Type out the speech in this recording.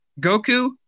Goku